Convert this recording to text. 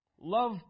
Love